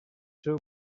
seu